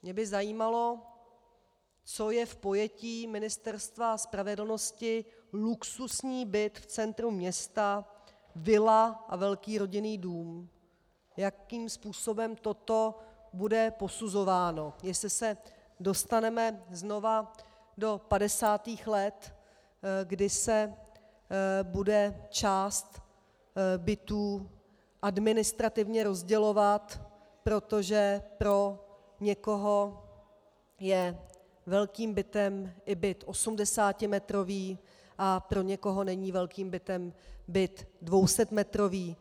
Mě by zajímalo, co je v pojetí Ministerstva spravedlnosti luxusní byt v centru města, vila a velký rodinný dům, jakým způsobem toto bude posuzováno, jestli se dostaneme znova do 50. let, kdy se bude část bytů administrativně rozdělovat, protože pro někoho je velkým bytem i byt osmdesátimetrový a pro někoho není velkým bytem byt dvousetmetrový.